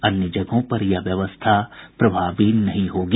अन्य जगहों पर यह व्यवस्था प्रभावी नहीं होगी